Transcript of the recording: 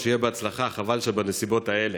שיהיה בהצלחה, חבל שבנסיבות האלה.